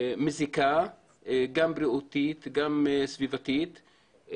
מזיקה גם בריאותית גם סביבתית,